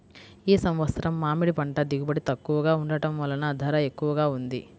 ఈ సంవత్సరం మామిడి పంట దిగుబడి తక్కువగా ఉండటం వలన ధర ఎక్కువగా ఉంది